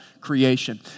creation